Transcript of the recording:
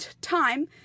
time